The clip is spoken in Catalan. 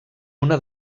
una